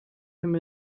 him